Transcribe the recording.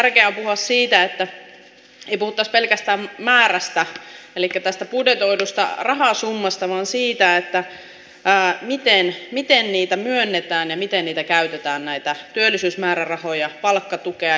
tärkeää on puhua siitä että ei puhuttaisi pelkästään määrästä elikkä budjetoidusta rahasummasta vaan siitä miten myönnetään ja miten käytetään näitä työllisyysmäärärahoja palkkatukea ja starttirahaa